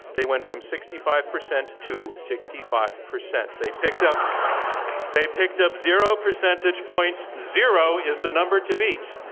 they went from sixty five percent to sixty five percent. they picked up they picked up zero percentage points. zero is the number to beat.